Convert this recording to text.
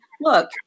look